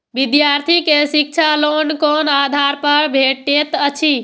विधार्थी के शिक्षा लोन कोन आधार पर भेटेत अछि?